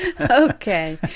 Okay